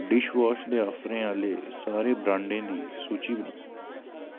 dishwash दे ऑफरें आह्ले सारे ब्रांडें दी सूची बनाओ